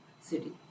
city